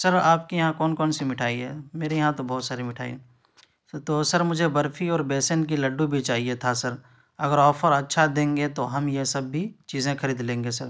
سر آپ کے یہاں کون کون سی مٹھائی ہے میرے یہاں تو بہت ساری مٹھائی ہے سر تو سر مجھے برفی اور بیسن کے لڈّو بھی چاہیے تھا سر اگر آفر اچّھا دیں گے تو ہم یہ سب بھی چیزیں خرید لیں گے سر